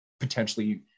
potentially